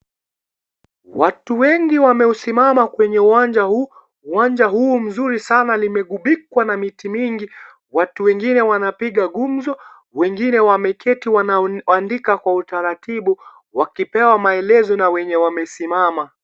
Watu wengi wameusimama kwenye uwanja huu, uwanja huu mzuri sana limegupikwa na miti mingi . Watu wengine wanapiga gumzo, wengine wameketi wanaandika Kwa utaratibu wakipewa maelezo na wenye wamesimama.